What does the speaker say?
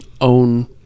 own